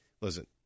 listen